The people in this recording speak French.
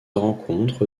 rencontre